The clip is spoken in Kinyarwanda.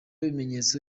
bimenyetso